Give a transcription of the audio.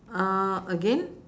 uh again